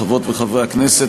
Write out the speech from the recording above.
חברות וחברי הכנסת,